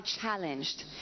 challenged